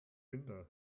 binder